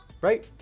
right